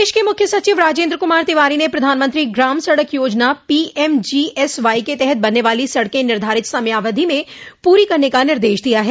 प्रदेश के मुख्य सचिव राजेन्द्र कुमार तिवारी ने प्रधानमंत्री ग्राम सड़क योजना पीएमजीएसवाई के तहत बनने वाली सड़के निर्धारित समयावधि में पूरी करने का निर्देश दिया है